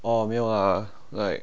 哦没有 lah like